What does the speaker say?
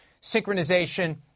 synchronization